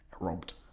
robbed